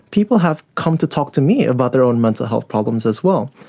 people have come to talk to me about their own mental health problems as well.